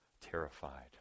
terrified